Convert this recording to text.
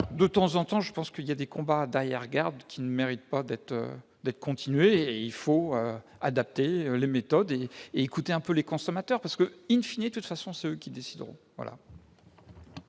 De temps en temps, il y a donc des combats d'arrière-garde qui ne méritent pas d'être menés ; il faut adapter les méthodes et écouter un peu les consommateurs parce que de toute façon,, ce sont eux qui décideront.